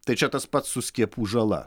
tai čia tas pats su skiepų žala